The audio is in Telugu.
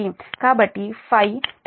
కాబట్టి Φ 36